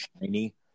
shiny